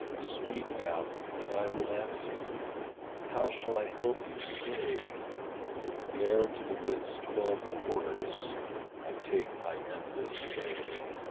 speak now, and i will answer how shall i help you, say ere to the wind's twelve quarters i take my endless way.